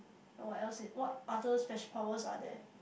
ye what else it what other special powers are there